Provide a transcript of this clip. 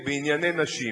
בענייני נשים.